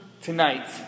tonight